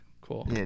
cool